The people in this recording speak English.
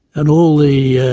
and all the, yeah